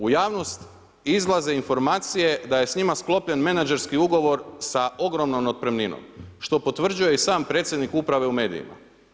U javnost izlaze informacije da je s njima sklopljen menadžerski ugovor sa ogromnom otpremninom, što potvrđuje i sam predsjednik uprave u medijima.